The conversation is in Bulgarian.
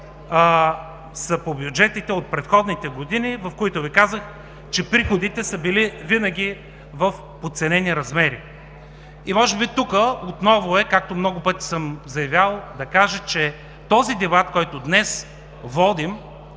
по бюджетите от предходните години, в които, Ви казах, че приходите са били винаги в подценени размери. Може би отново, както много пъти съм заявявал, да кажа, че дебатът, който днес водим,